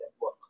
work